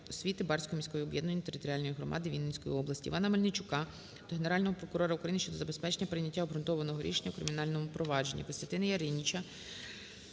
Барської міської об'єднаної територіальної громади Вінницької області. Івана Мельничука до Генерального прокурора України щодо забезпечення прийняття обґрунтованого рішення у кримінальному провадженні.